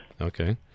Okay